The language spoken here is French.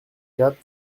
quatre